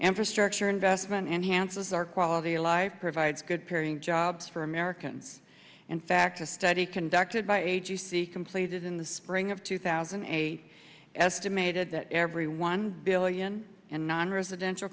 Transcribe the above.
for structure investment enhances our quality alive provides good paying jobs for americans in fact a study conducted by a g c completed in the spring of two thousand and eight estimated that every one billion and nonresidential